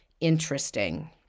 interesting